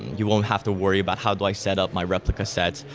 you won't have to worry about how do i set up my replica sets,